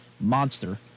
monster